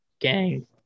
Gang